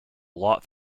lot